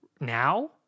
now